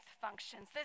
functions